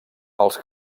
els